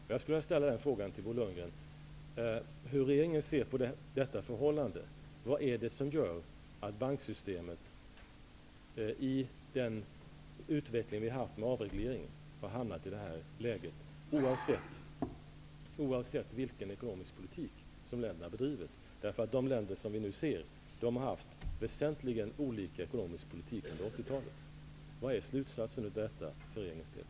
Jag skulle vilja ställa frågan till Bo Lundgren hur regeringen ser på detta förhållande. Vad är det som gör att banksystemet, i den utveckling vi har haft med avreglering, har hamnat i det här läget, oavsett vilken ekonomisk politik som länderna har drivit? De länder som vi nu ser har haft väsentligen olika ekonomisk politik under 80-talet. Vad är slutsatsen av detta för regeringens del?